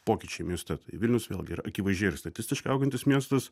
pokyčiai mieste tai vilnius vėlgi yra akivaizdžiai ir statistiškai augantis miestas